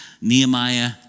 Nehemiah